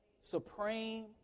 Supreme